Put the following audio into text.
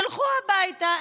תלכו הביתה,